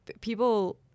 people –